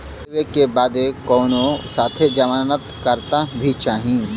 ऋण लेवे बदे कउनो साथे जमानत करता भी चहिए?